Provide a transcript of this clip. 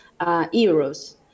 euros